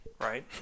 Right